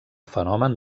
fenomen